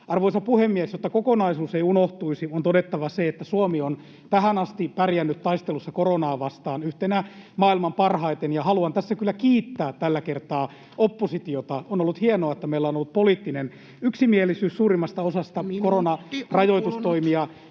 Arvoisa puhemies! Jotta kokonaisuus ei unohtuisi, on todettava se, että Suomi on tähän asti pärjännyt taistelussa koronaa vastaan yhtenä parhaista maailmassa, ja haluan tässä kyllä kiittää tällä kertaa oppositiota: on ollut hienoa, että meillä on ollut poliittinen yksimielisyys suurimmasta osasta [Puhemies: